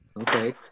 Okay